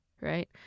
right